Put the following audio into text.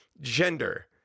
gender